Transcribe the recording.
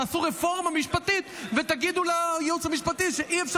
תעשו רפורמה משפטית ותגידו לייעוץ המשפטי שאי-אפשר